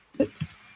Oops